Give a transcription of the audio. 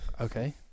Okay